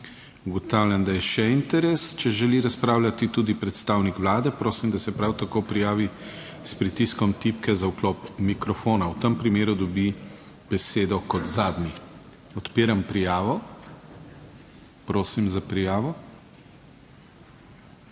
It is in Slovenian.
Ugotavljam, da je še interes. Če želi razpravljati tudi predstavnik Vlade, prosim, da se prav tako prijavi s pritiskom tipke za vklop mikrofona, v tem primeru dobi besedo kot zadnji. Odpiram prijavo. Prosim za prijavo.